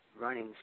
running